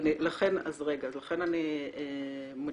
לכן אני מדגישה.